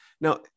Now